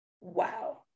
Wow